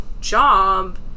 job